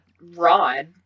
rod